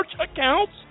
accounts